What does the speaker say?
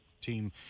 team